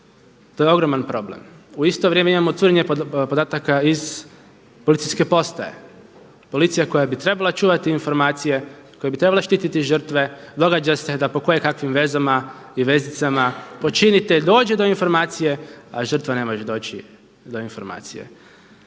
To je ogroman problem. U isto vrijeme imamo curenje podataka iz policijske postaje, policija koja bi trebala čuvati informacije, koja bi trebala štiti žrtve događa se da po kojekakvim vezama i vezicama počinitelj dođe do informacije a žrtva ne može doći do informacije.